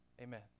Amen